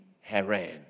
Haran